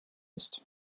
ist